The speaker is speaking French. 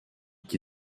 qui